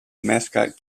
mascot